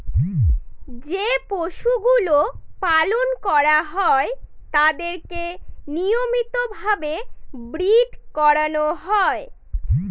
যে পশুগুলো পালন করা হয় তাদেরকে নিয়মিত ভাবে ব্রীড করানো হয়